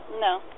No